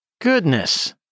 goodness